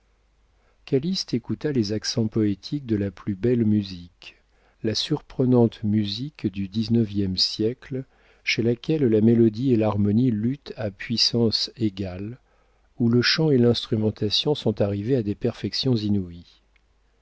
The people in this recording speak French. calyste écouta les accents poétiques de la plus belle musique la surprenante musique du dix-neuvième siècle chez laquelle la mélodie et l'harmonie luttent à puissance égale où le chant et l'instrumentation sont arrivés à des perfections inouïes